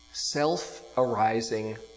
Self-Arising